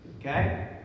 Okay